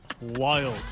Wild